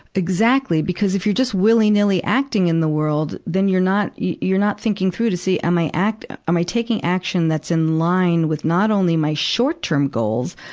exactly. because if you're just willy-nilly acting in the world, then you're not, you, you're not thinking through to see, am i act, am i taking action that's in line with not only my short-term goals,